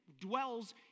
dwells